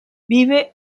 vive